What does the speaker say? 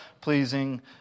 pleasing